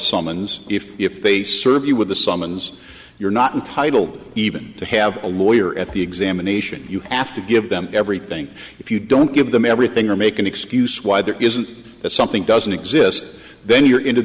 summons if they serve you with a summons you're not entitled even to have a lawyer at the examination you have to give them everything if you don't give them everything or make an excuse why there isn't that something doesn't exist then you're into